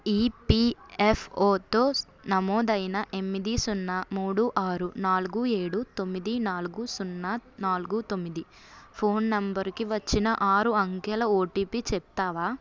ఈపిఎఫ్ఓతో నమోదైన ఎనిమిది సున్నా మూడు ఆరు నాలుగు ఏడు తొమ్మిది నాలుగు సున్నా నాలుగు తొమ్మిది ఫోన్ నంబరుకి వచ్చిన ఆరు అంకెల ఓటీపీ చెప్తావా